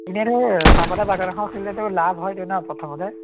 এনেই ধৰ চাহপাতৰ বাগান এখন খুলিলে তোৰ লাভ হয়গৈ ন প্ৰথমতে